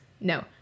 no